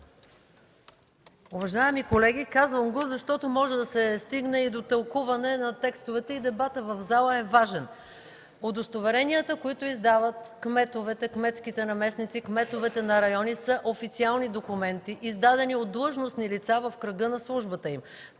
Уважаеми колеги, казвам го, защото може да се стигне и до тълкуване на текстовете и дебатът в залата е важен. Удостоверенията, които издават кметовете, кметските наместници, кметовете на райони са официални документи, издадени от длъжностни лица в кръга на службата им,